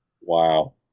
Wow